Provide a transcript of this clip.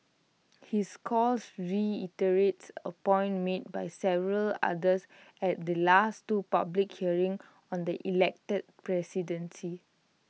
his calls reiterates A point made by several others at the last two public hearings on the elected presidency